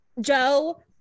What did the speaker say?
joe